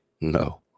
No